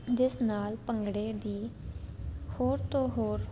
ਜਿਸ ਨਾਲ ਭੰਗੜੇ ਦੀ ਹੋਰ ਤੋਂ ਹੋਰ